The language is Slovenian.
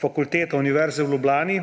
fakulteta Univerze v Ljubljani